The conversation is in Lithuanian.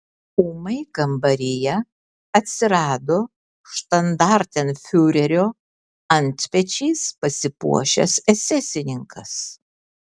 ūmai kambaryje atsirado štandartenfiurerio antpečiais pasipuošęs esesininkas